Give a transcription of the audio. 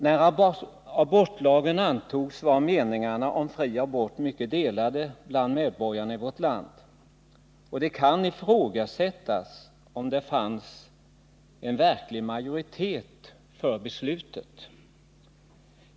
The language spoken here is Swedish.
När abortlagen antogs var meningarna om fri abort mycket delade bland medborgarna i vårt land, och det kan ifrågasättas om det fanns en verklig majoritet för beslutet.